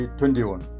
2021